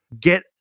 Get